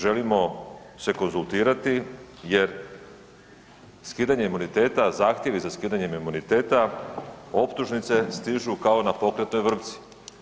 Želimo se konzultirati jer skidanje imuniteta, zahtjevi za skidanjem imuniteta, optužnice stižu kao na pokretnoj vrpci.